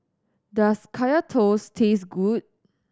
does Kaya Toast taste good